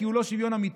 כי הוא לא שוויון אמיתי,